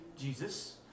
Jesus